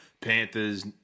Panthers